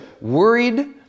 worried